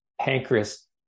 pancreas